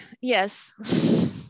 yes